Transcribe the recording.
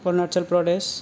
Arunachal Pradesh